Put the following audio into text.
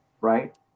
right